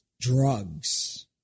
drugs